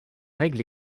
règles